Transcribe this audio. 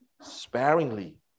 sparingly